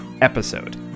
episode